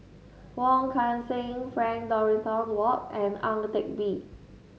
Wong Kan Seng Frank Dorrington Ward and Ang Teck Bee